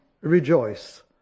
rejoice